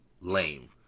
lame